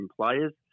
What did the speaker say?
players